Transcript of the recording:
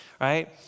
right